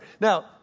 Now